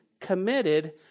committed